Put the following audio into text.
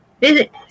visit